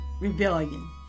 rebellion